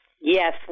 Yes